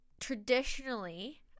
traditionally